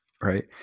Right